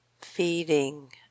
feeding